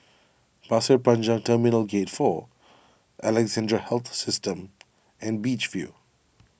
Pasir Panjang Terminal Gate four Alexandra Health System and Beach View